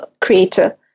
creator